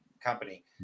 company